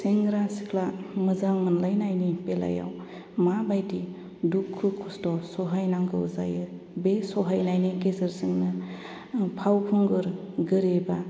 सेंग्रा सिख्ला मोजां मोनलायनायनि बेलायाव मा बायदि दुखु खस्थ सहायनांगौ जायो बे सहायनायनि गेजेरजोंनो फावखुंगुर गोरिबा